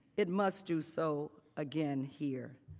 it must do so again here.